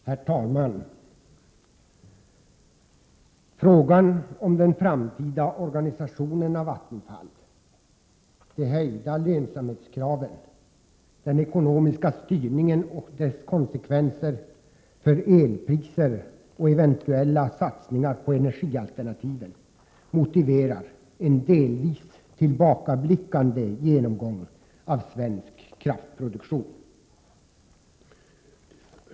Herr talman! Frågan om den framtida organisationen av Vattenfall, de höjda lönsamhetskraven, den ekonomiska styrningen och dess konsekvenser för elpriser och eventuella satsningar på energialternativen motiverar en delvis tillbakablickande genomgång av svensk kraftproduktion.